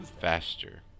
faster